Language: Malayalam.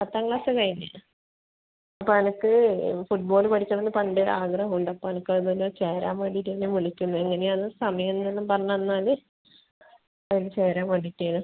പത്താം ക്ലാസ്സ് കഴിഞ്ഞതാണ് അപ്പോൾ അനക്ക് ഫുട്ബോള് പഠിക്കണമെന്ന് പണ്ടേ ഒരാഗ്രഹം ഉണ്ട് അപ്പോ അനക്ക് അതിന് ചേരാൻ വേണ്ടീട്ട് ഞാൻ വിളിക്കുന്നതാണ് എങ്ങനെയാണ് സമയം എങ്ങനെയാണ് എല്ലാം പറഞ്ഞ് തന്നാൽ അതിന് ചേരാൻ വേണ്ടീട്ടേനു